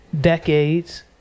decades